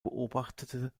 beobachtete